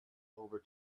over